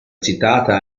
citata